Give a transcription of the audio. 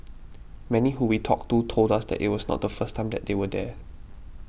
many who we talked to told us that it was not the first time that they were there